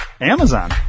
Amazon